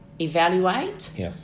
evaluate